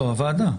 לא, הוועדה.